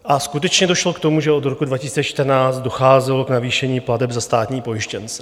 A skutečně došlo k tomu, že od roku 2014 docházelo k navýšení plateb za státní pojištěnce.